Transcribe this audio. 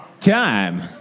Time